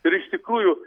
ir iš tikrųjų